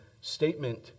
statement